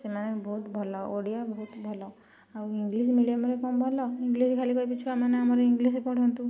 ସେମାନେ ବହୁତ ଭଲ ଓଡ଼ିଆ ବହୁତ ଭଲ ଆଉ ଇଂଲିଶ ମିଡ଼ିୟମରେ କ'ଣ ଭଲ ଇଂଲିଶ ଖାଲି କହିବେ ଛୁଆ ମାନେ କହିବେ ଇଂଲିଶ ପଢ଼ନ୍ତୁ